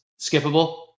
skippable